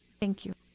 thank you,